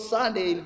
Sunday